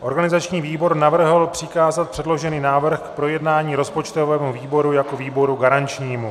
Organizační výbor navrhl přikázat předložený návrh k projednání rozpočtovému výboru jako výboru garančnímu.